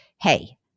hey